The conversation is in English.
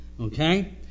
Okay